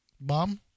Bomb